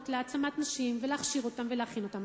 להעצמת נשים ולהכשיר אותן ולהכין אותן.